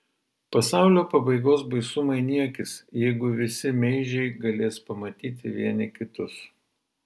pasaulio pabaigos baisumai niekis jeigu visi meižiai galės pamatyti vieni kitus